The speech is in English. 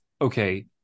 okay